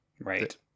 Right